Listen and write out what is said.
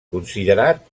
considerat